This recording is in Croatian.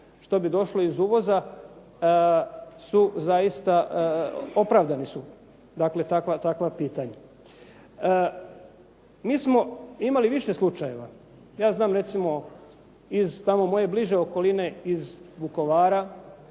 što bi došlo iz uvoza su zaista, opravdani su, dakle, takva pitanja. Mi smo imali više slučajeva, ja znam recimo iz tamo moje bliže okoline, iz Vukovara,